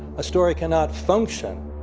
a story cannot function,